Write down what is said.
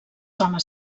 homes